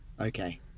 Okay